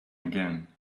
again